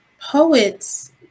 poets